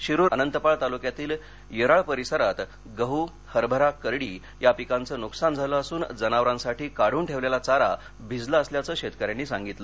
शिरूर अनंतपाळ तालुक्यातील येरोळ परिसरात गहू हरभरा करडी या पिकाचे नुकसान झालं असून जनावरासाठी काढून ठेवलेला चारा भिजला असल्याचे शेतकऱ्यांनी सांगितलं